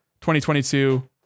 2022